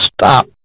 stop